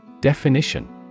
Definition